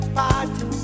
party